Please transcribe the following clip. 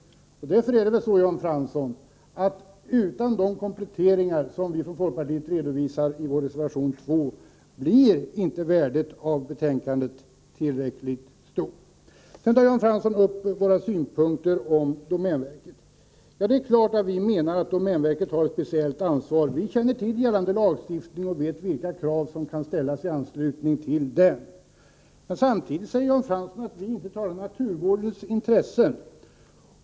Därför är det väl så, Jan Fransson, att utan de kompletteringar som vi från folkpartiet redovisar i vår reservation 2 blir inte värdet av betänkandet tillräckligt stort. Sedan talar Jan Fransson om våra synpunkter beträffande domänverket. Det är klart att vi menar att domänverket har ett speciellt ansvar. Vi känner till gällande lagstiftning och vet vilka krav som kan ställas i detta sammanhang. Men samtidigt säger Jan Fransson att vi inte talar om naturvårdens intressen.